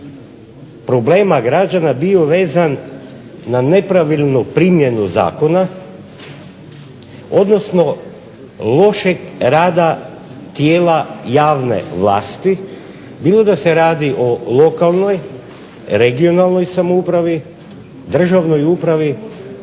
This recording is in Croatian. problema građana bio vezan na nepravilnu primjenu zakona, odnosno lošeg rada tijela javne vlasti bilo da se radi o lokalnoj, regionalnoj samoupravi, državnoj upravi